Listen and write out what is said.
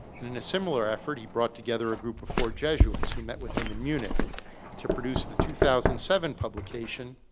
and in a similar effort, he brought together a group of four jesuits who met with him in munich to produce the two thousand and seven publication,